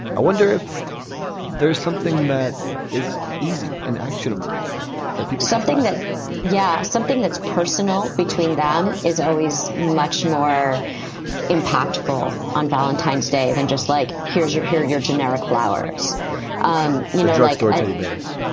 i wonder if there's something that is easy and actionable that people something that yeah, something that's personal between them is always always much more impactful on valentine's day than just like here's your hear your generic flowers um you know like or teddy bears.